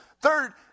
Third